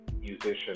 musician